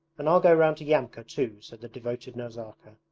and i'll go round to yamka too said the devoted nazarka.